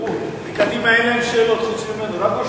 מקדימה אין להם שאלות חוץ ממנו.